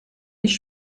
ich